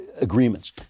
agreements